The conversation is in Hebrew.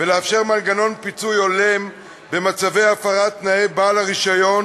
ולאפשר מנגנון פיצוי הולם במצבי הפרת תנאי בעל הרישיון